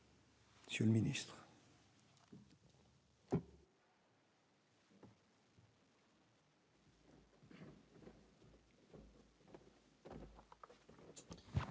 Monsieur le Ministre.